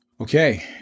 Okay